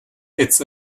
its